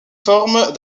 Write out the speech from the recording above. forment